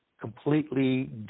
completely